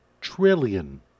trillion